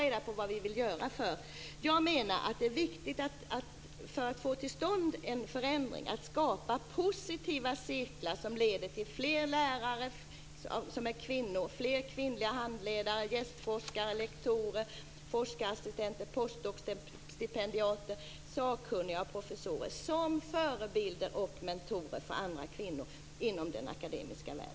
Det måste till en förändring och för att man skall kunna skapa positiva cirklar som leder till fler kvinnliga lärare, handledare, gästforskare, lektorer, forskarassistenter, postdok-stipendiater, sakkunniga och professorer som förebilder och mentorer för andra kvinnor inom den akademiska världen.